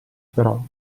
però